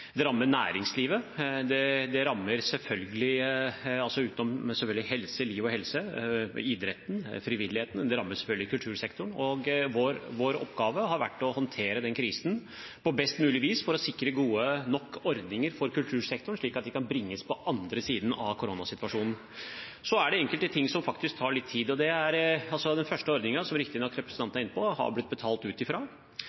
Det rammer næringslivet, det rammer selvfølgelig liv og helse, og det rammer idretten og frivilligheten. Det rammer selvfølgelig også kultursektoren, og vår oppgave har vært å håndtere krisen på best mulig vis for å sikre gode nok ordninger for kultursektoren, slik at de kan bringes til den andre siden av koronasituasjonen. Så er det enkelte ting som faktisk tar litt tid. Den første ordningen har det, som riktignok representanten er inne på, blitt utbetalt fra, og den